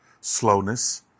slowness